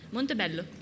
Montebello